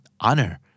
Honor